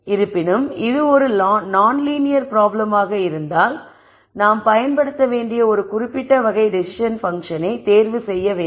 இருப்பினும் இது ஒரு நான்லீனியர் ப்ராப்ளம்மாக இருந்தால் நாம் பயன்படுத்த வேண்டிய ஒரு குறிப்பிட்ட வகை டெஸிஸன் பன்ஃஷனை தேர்வு செய்ய வேண்டும்